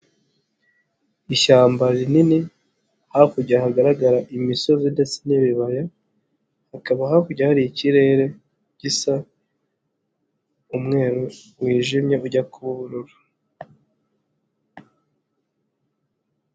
Ishyamba rinini hakurya ahagaragara imisozi ndetse n'ibibaya, hakaba hakurya hari ikirere gisa umweru wijimye ujya kuba ubururu.